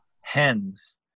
hens